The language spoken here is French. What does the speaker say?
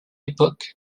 époque